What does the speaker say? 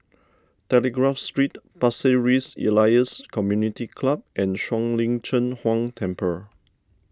Telegraph Street Pasir Ris Elias Community Club and Shuang Lin Cheng Huang Temple